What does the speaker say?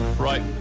Right